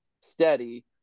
steady